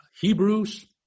Hebrews